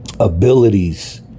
Abilities